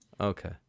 Okay